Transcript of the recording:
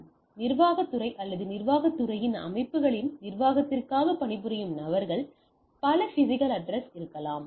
பின்னர் நிர்வாகத் துறை அல்லது நிர்வாகத் துறையில் அமைப்புகளின் நிர்வாகத்திற்காக பணிபுரியும் நபர்கள் பல பிஸிக்கல் அட்ரஸ் இருக்கலாம்